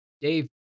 Dave